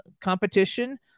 Competition